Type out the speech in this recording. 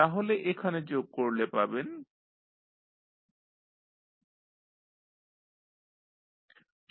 তাহলে এখানে যোগ করলে পাবেন X2sx1s